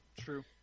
true